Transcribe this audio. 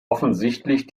offensichtlich